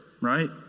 right